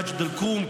מג'ד אל-כרום,